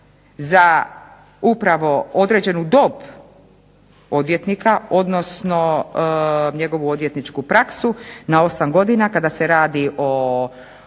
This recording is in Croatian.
za upravo određenu dob odvjetnika, odnosno njegovu odvjetničku praksu na osam godina kada se radi o